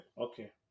Okay